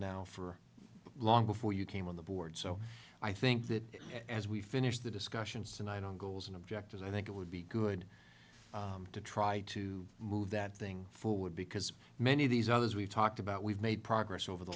now for a long before you came on the board so i think that as we finish the discussions and i don't go as an object as i think it would be good to try to move that thing forward because many of these others we've talked about we've made progress over the